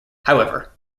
however